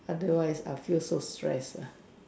otherwise I'll feel so stressed lah